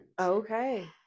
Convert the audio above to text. Okay